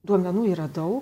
duomenų yra daug